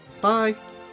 bye